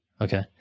Okay